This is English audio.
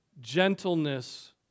gentleness